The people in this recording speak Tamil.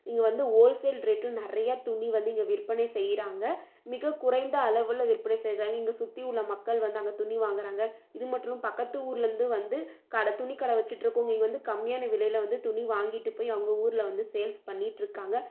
இங்கே வந்து ஓல்சேல் ரேட்டில் நிறையா துணி வந்து இங்கே விற்பனை செய்கிறாங்க மிக குறைந்த அளவில் விற்பனை செய்கிறாங்க இங்கே சுற்றி உள்ள மக்கள் வந்து அங்கே துணி வாங்கறாங்க இது மட்டுலும் பக்கத்து ஊரில் இருந்தும் வந்து கடை துணிக்கடை வெச்சிட்டிருக்கவங்க இங்கே வந்து கம்மியான விலையில் வந்து துணி வாங்கிட்டு போய் அவங்க ஊரில்வந்து சேல்ஸ் பண்ணியிட்டிருக்காங்க